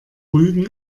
rügen